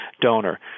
donor